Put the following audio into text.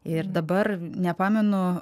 ir dabar nepamenu